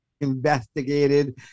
investigated